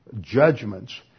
judgments